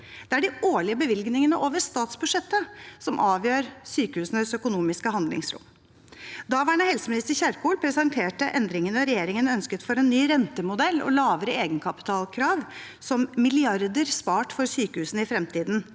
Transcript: Det er de årlige bevilgningene over statsbudsjettet som avgjør sykehusenes økonomiske handlingsrom. Daværende helseminister Kjerkol presenterte endringene regjeringen ønsket for en ny rentemodell og lavere egenkapitalkrav, som milliarder spart for sykehusene i fremtiden.